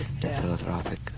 philanthropic